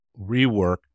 rework